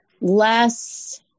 less